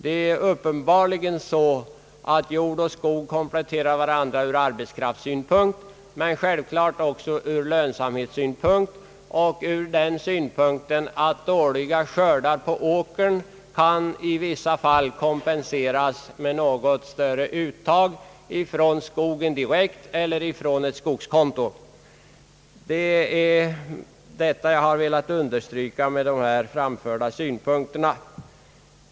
Det är uppenbarligen så att jord och skog kompletterar varandra ur arbetskraftssynpunkt, men självfallet också ur lönsamhetssynpunkt samt ur den synpunkten att dåliga skördar på åkern i vissa fall kan kompenseras med något större uttag från skogen direkt eller från ett skogskonto. Det är detta jag bar velat understryka med de här framförda synpunkterna.